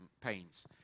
pains